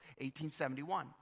1871